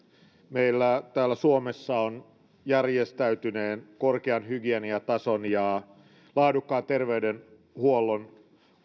meillä täällä suomessa on järjestäytyneen korkean hygieniatason ja laadukkaan terveydenhuollon